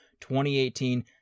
2018